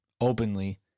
openly